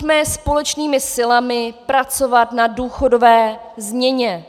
Pojďme společnými silami pracovat na důchodové změně.